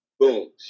boom